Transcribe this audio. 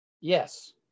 Yes